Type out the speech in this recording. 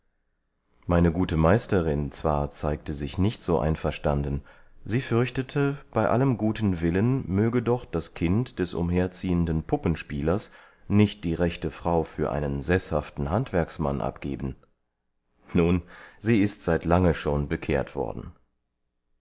meine gute meisterin zwar zeigte sich nicht so einverstanden sie fürchtete bei allem guten willen möge doch das kind des umherziehenden puppenspielers nicht die rechte frau für einen seßhaften handwerksmann abgeben nun sie ist seit lange schon bekehrt worden